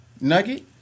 nugget